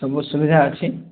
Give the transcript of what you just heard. ସବୁ ସୁବିଧା ଅଛି